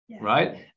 right